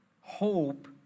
hope